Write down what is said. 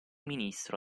ministro